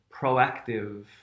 proactive